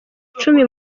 icumi